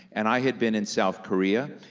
and i had been in south korea,